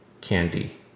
candy